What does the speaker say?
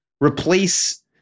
replace